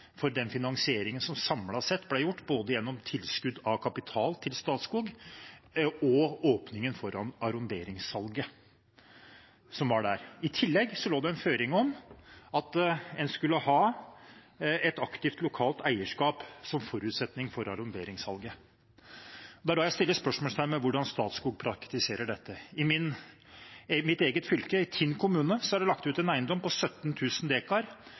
for den finanseringen som samlet sett ble gitt, både gjennom tilskudd av kapital til Statskog og åpningen foran arronderingssalget som var der. I tillegg lå det en føring om at en skulle ha et aktivt lokalt eierskap som forutsetning for arronderingssalget. Det er da jeg stiller spørsmål ved hvordan Statskog praktiserer dette. I mitt eget fylke, i Tinn kommune, er det lagt ut en eiendom på